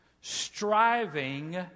striving